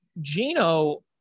Gino